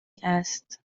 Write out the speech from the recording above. است